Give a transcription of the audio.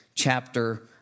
chapter